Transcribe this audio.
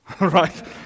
right